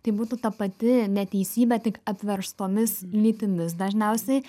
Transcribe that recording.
tai būtų ta pati neteisybė tik apverstomis lytimis dažniausiai